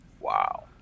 Wow